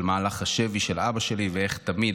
של מהלך השבי של אבא שלי ואיך תמיד,